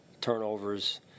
turnovers